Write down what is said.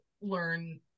learn